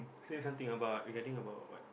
say something about getting about what